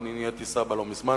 ואני נהייתי סבא לא מזמן,